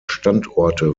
standorte